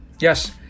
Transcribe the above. Yes